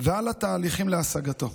ועל התהליכים להשגתו.